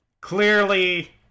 clearly